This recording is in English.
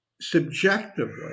subjectively